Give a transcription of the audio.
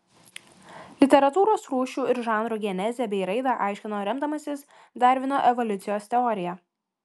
literatūros rūšių ir žanrų genezę bei raidą aiškino remdamasis darvino evoliucijos teorija